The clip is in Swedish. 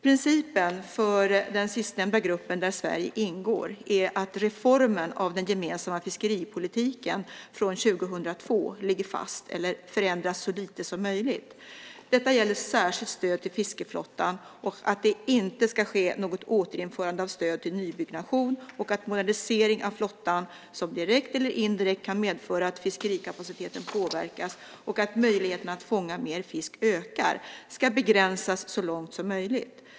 Principen för den sistnämnda gruppen, där Sverige ingår, är att reformen av den gemensamma fiskeripolitiken från 2002 ligger fast eller förändras så lite som möjligt. Detta gäller särskilt stöd till fiskeflottan och att det inte ska ske något återinförande av stöd till nybyggnation och att modernisering av flottan som, direkt eller indirekt, kan medföra att fiskerikapaciteten påverkas och att möjligheterna att fånga mer fisk ökar ska begränsas så långt som möjligt.